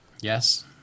Yes